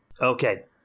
Okay